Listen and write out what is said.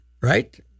right